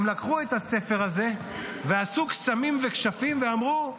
הם לקחו את הספר הזה ועשו קסמים וכשפים, ואמרו: